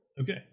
Okay